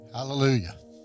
Hallelujah